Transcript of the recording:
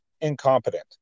incompetent